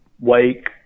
Wake